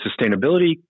sustainability